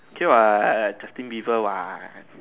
okay what Justin-Bieber what